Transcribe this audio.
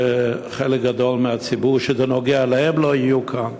כי חלק גדול מהציבור שזה נוגע להם לא יהיו כאן.